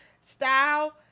style